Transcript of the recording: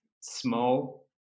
small